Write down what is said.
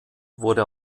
wurde